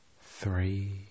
three